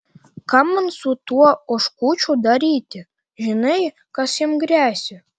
ką man su tuo oškučiu daryti žinai kas jam gresia